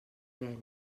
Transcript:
ven